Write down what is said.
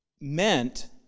meant